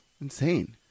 insane